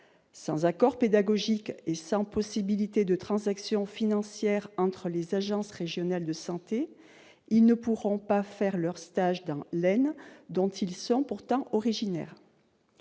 Sans accord pédagogique et sans possibilité de transaction financière entre les agences régionales de santé, ils ne pourront pas faire leur stage dans l'Aisne dont ils sont pourtant originaires.